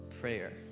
prayer